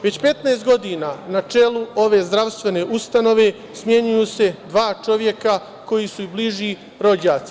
Već 15 godina na čelu ove zdravstvene ustanove smenjuju se dva čoveka koji su i bliži rođaci.